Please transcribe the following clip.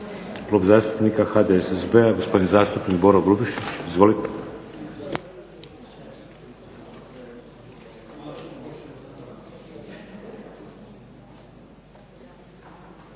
Klub zastupnika HDSSB-a gospodin zastupnik Boro Grubišić. Izvolite.